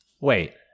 Wait